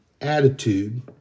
attitude